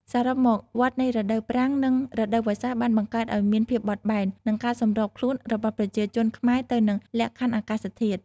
សរុបមក វដ្ដនៃរដូវប្រាំង និងរដូវវស្សាបានបង្កើតឲ្យមានភាពបត់បែន និងការសម្របខ្លួនរបស់ប្រជាជនខ្មែរទៅនឹងលក្ខខណ្ឌអាកាសធាតុ។